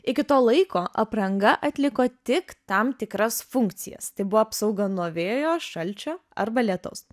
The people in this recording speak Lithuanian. iki to laiko apranga atliko tik tam tikras funkcijas tai buvo apsauga nuo vėjo šalčio arba lietaus